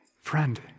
Friend